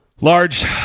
Large